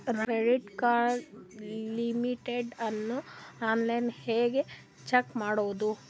Credit card limit ಅನ್ನು online ಹೆಂಗ್ check ಮಾಡೋದು?